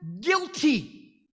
guilty